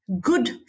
good